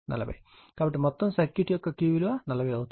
కాబట్టి మొత్తం సర్క్యూట్ యొక్క Q విలువ 40 అవుతుంది